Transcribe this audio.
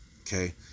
okay